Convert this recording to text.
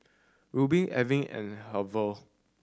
Alvan and Hervey